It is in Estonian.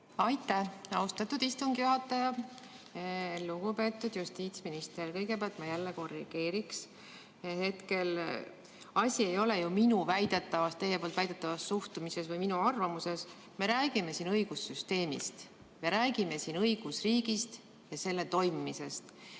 Aitäh, austatud istungi juhataja! Lugupeetud justiitsminister! Kõigepealt ma jälle korrigeeriksin. Hetkel ei ole ju asi minu väidetavas, teie poolt väidetavas suhtumises või minu arvamuses. Me räägime siin õigussüsteemist, me räägime siin õigusriigist ja selle toimimisest.